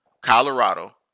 Colorado